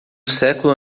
século